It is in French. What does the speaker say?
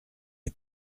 est